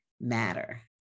matter